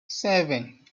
seven